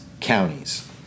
counties